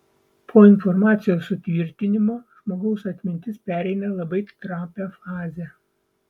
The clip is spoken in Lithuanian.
po informacijos sutvirtinimo žmogaus atmintis pereina labai trapią fazę